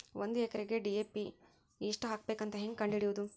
ಒಂದು ಎಕರೆಗೆ ಡಿ.ಎ.ಪಿ ಎಷ್ಟು ಹಾಕಬೇಕಂತ ಹೆಂಗೆ ಕಂಡು ಹಿಡಿಯುವುದು?